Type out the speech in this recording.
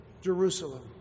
Jerusalem